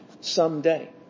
someday